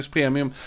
Premium